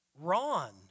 Ron